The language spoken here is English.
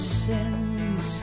sins